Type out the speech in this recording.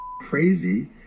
crazy